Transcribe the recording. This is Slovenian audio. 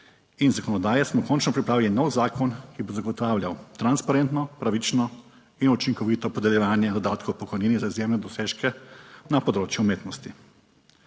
in zakonodaje, smo končno pripravili nov zakon, ki bo zagotavljal transparentno, pravično in učinkovito podeljevanje dodatkov pokojnin za izjemne dosežke na področju umetnosti.